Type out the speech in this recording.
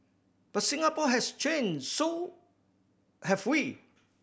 but Singapore has changed so have we